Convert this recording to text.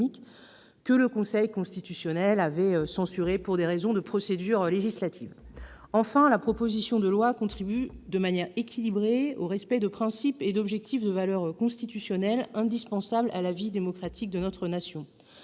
que le Conseil constitutionnel avait censuré pour des raisons de procédure législative. Enfin, la proposition de loi contribue, de manière équilibrée, au respect de principes et d'objectifs de valeur constitutionnelle indispensables à la vie démocratique de notre nation.